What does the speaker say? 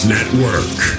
Network